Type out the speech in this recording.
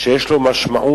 שיש לו משמעות,